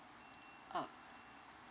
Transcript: oh